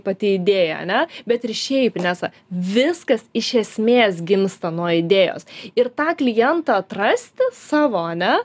pati idėja ane bet ir šiaip inesa viskas iš esmės gimsta nuo idėjos ir tą klientą atrasti savo ane